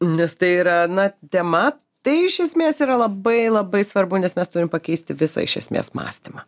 nes tai yra na tema tai iš esmės yra labai labai svarbu nes mes turim pakeisti visą iš esmės mąstymą